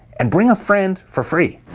and bring a friend for free.